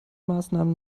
maßnahmen